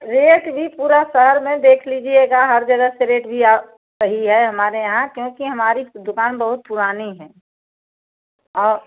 rate भी पूरा शहर मैं देख लीजिएगा हर जगह से रेट भी सही है हमारे यहाँ क्यूँकि हमारी दुकान बहुत पुरानी है और